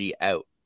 out